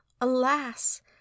Alas